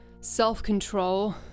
self-control